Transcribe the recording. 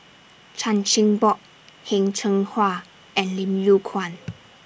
Chan Chin Bock Heng Cheng Hwa and Lim Yew Kuan